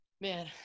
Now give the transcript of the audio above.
Man